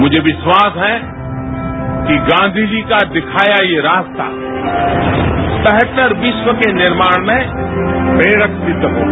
मुझे विश्वास है कि गांधी जी का दिखाया यह रास्ता बेहतर विश्व के निर्माण में प्रेरक सिद्ध होगा